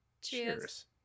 Cheers